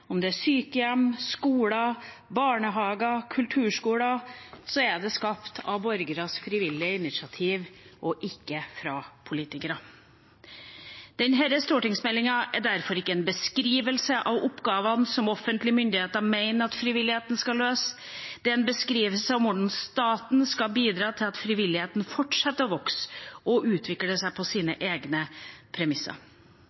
om det er sykehjem, skoler, barnehager eller kulturskoler – er skapt av borgeres frivillige initiativ og ikke av politikere. Denne stortingsmeldingen er derfor ikke en beskrivelse av oppgavene som offentlige myndigheter mener at frivilligheten skal løse. Det er en beskrivelse av hvordan staten skal bidra til at frivilligheten fortsetter å vokse og utvikle seg på